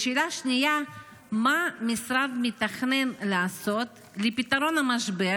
2. מה המשרד מתכנן לעשות לפתרון המשבר